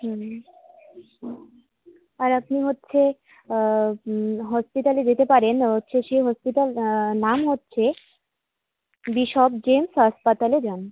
হুম আর আপনি হচ্ছে হসপিটালে যেতে পারেন হচ্ছে সে হসপিটাল নাম হচ্ছে বিশপ জেমস হাসপাতালে যান